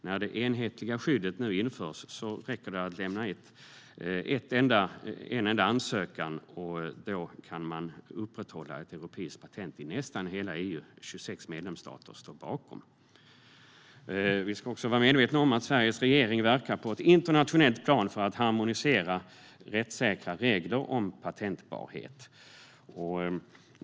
När det enhetliga patentskyddet införs räcker det att lämna in en enda ansökan. Då kan man upprätthålla ett europeiskt patent i nästan hela EU - 26 medlemsstater står bakom. Vi ska också vara medvetna om att Sveriges regering verkar på ett internationellt plan för att harmonisera rättssäkra regler om patentbarhet.